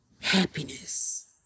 happiness